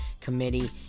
Committee